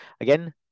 Again